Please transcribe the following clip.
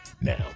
now